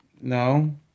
No